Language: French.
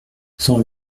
cent